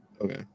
Okay